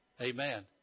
Amen